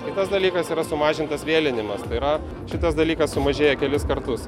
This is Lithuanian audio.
kitas dalykas yra sumažintas vėlinimas tai yra šitas dalykas sumažėja kelis kartus